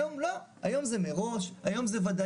היום לא, היום זה מראש, היום זה ודאי.